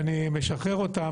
ואני משחרר אותם.